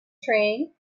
train